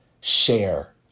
share